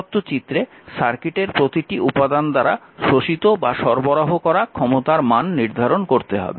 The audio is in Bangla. প্রদত্ত চিত্রে সার্কিটের প্রতিটি উপাদান দ্বারা শোষিত বা সরবরাহ করা ক্ষমতার মান নির্ধারণ করতে হবে